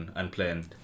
unplanned